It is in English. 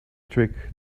trick